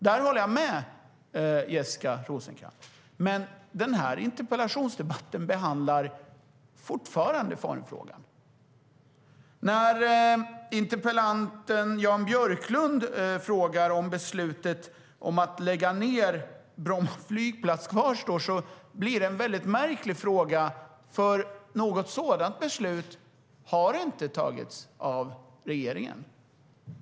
Där håller jag med Jessica Rosencrantz, men den här interpellationsdebatten behandlar fortfarande formfrågan. Interpellanten Jan Björklund frågar om beslutet om att lägga ned Bromma flygplats kvarstår. Det är en väldigt märklig fråga, eftersom regeringen inte har fattat ett sådant beslut.